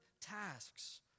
tasks